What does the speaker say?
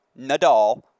Nadal